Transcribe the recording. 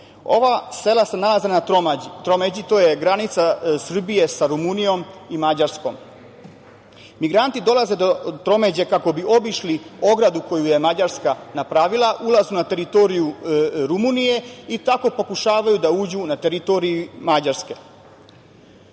Ova sela se nalaze na tromeđi, to je granica Srbije sa Rumunijom i Mađarskom. Migranti dolaze do tromeđe kako bi obišli ogradu koju je Mađarska napravila. Ulaze na teritoriju Rumunije i tako pokušavaju da uđu na teritoriju Mađarske. Po